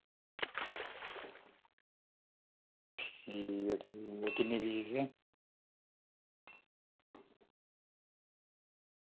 ठीक ठीक किन्नी फीस